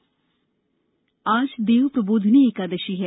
देवप्रबोधिनी एकादशी आज देवप्रबोधिनी एकादशी है